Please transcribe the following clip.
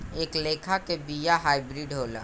एह लेखा के बिया हाईब्रिड होला